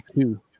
two